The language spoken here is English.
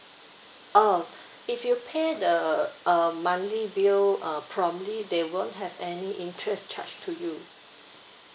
oh if you pay the um monthly bill uh promptly they won't have any interest charge to you